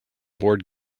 board